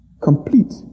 complete